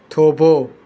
થોભો